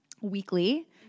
weekly